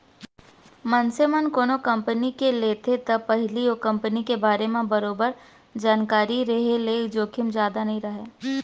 मनसे मन कोनो कंपनी के लेथे त पहिली ओ कंपनी के बारे म बरोबर जानकारी रेहे ले जोखिम जादा नइ राहय